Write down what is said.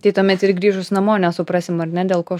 tai tuomet ir grįžus namo nesuprasim ar ne dėl ko